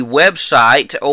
website